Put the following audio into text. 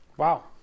Wow